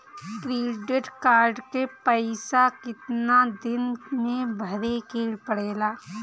Credit card के पइसा कितना दिन में भरे के पड़ेला?